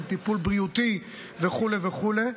של טיפול בריאותי וכו' וכו'.